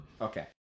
Okay